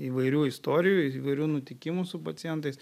įvairių istorijų įvairių nutikimų su pacientais